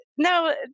No